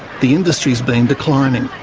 the industry's been declining.